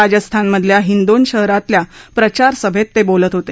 राजस्थानमधल्या हिंदोन शहरातल्या प्रचारसभेत ते आज बोलत होते